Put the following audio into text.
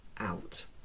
out